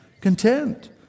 Content